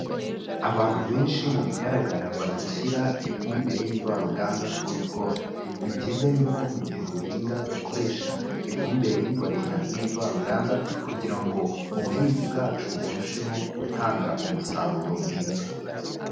Abantu benshi mu bigaragara bari gushyira ifumbire y'imvaruganda ku bigori, ni byiza yuko mu gihe duhinga dukoresha ifumbire y'imborera n'ivaruganda kugira ngo ubuhinzi bwacu burusheho gutanga umusaruro mwiza.